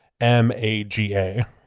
m-a-g-a